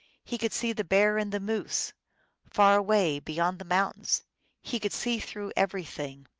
he could see the bear and the moose far away beyond the mountains he could see through everything.